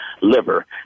liver